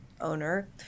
owner